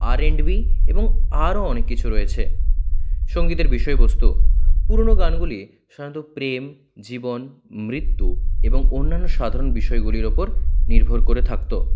R&B এবং আরো অনেক কিছু রয়েছে সঙ্গীতের বিষয়বস্তু পুরনো গানগুলি সাধারণত প্রেম জীবন মৃত্যু এবং অন্যান্য সাধারণ বিষয়গুলির উপর নির্ভর করে থাকত